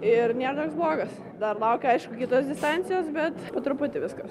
ir nėra toks blogas dar laukia aišku kitos distancijos bet po truputį viskas